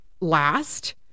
last